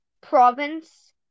province